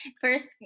first